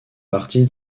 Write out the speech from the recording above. partie